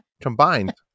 combined